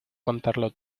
contarlo